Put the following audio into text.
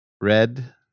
red